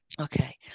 Okay